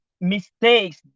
mistakes